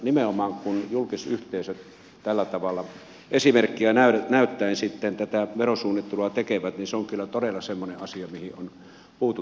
nimenomaan kun julkisyhteisöt tällä tavalla esimerkkiä näyttäen sitten tätä verosuunnittelua tekevät se on kyllä todella semmoinen asia mihin on puututtava